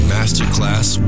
Masterclass